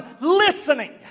listening